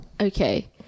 Okay